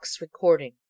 recording